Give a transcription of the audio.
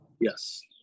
Yes